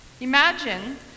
Imagine